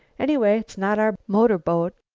anyway, it's not our motorboat.